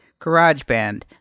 GarageBand